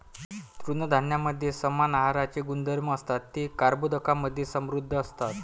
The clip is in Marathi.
तृणधान्यांमध्ये समान आहाराचे गुणधर्म असतात, ते कर्बोदकांमधे समृद्ध असतात